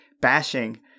bashing